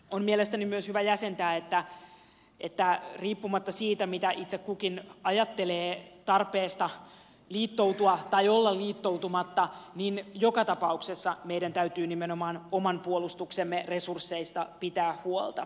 on mielestäni myös hyvä jäsentää että riippumatta siitä mitä itse kukin ajattelee tarpeesta liittoutua tai olla liittoutumatta joka tapauksessa meidän täytyy nimenomaan oman puolustuksemme resursseista pitää huolta